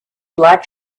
black